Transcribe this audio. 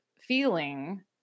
feeling